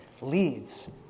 leads